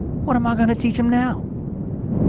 what am i gonna teach them now?